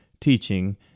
teaching